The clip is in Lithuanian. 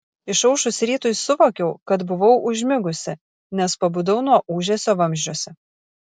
išaušus rytui suvokiau kad buvau užmigusi nes pabudau nuo ūžesio vamzdžiuose